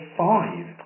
five